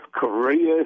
Korea